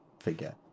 figure